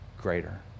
greater